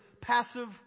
passive